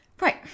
right